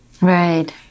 Right